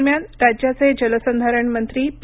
दरम्यान राज्याचे जलसंधारण मंत्री पी